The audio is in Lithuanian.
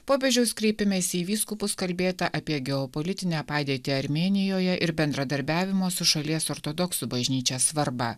popiežiaus kreipimesi į vyskupus kalbėta apie geopolitinę padėtį armėnijoje ir bendradarbiavimo su šalies ortodoksų bažnyčia svarbą